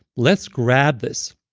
let's grab this.